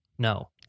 No